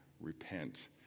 repent